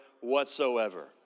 whatsoever